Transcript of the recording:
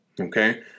Okay